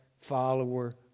follower